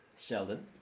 Sheldon